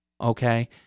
okay